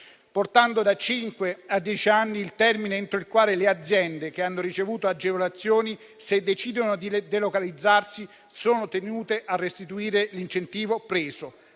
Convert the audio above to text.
portando da cinque a dieci anni il termine entro il quale le aziende che hanno ricevuto agevolazioni, se decidono di delocalizzarsi, sono tenute a restituire l'incentivo preso.